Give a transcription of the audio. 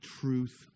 truth